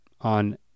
on